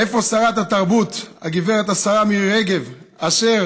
איפה שרת התרבות, הגברת השרה מירי רגב, אשר